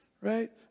right